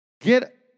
Get